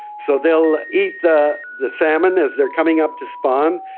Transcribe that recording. so they will eat the the salmon as they are coming up to spawn,